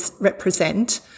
represent